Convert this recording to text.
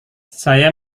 saya